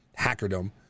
hackerdom